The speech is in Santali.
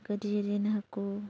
ᱜᱟᱹᱰᱭᱟᱹ ᱨᱮᱱ ᱦᱟᱹᱠᱩ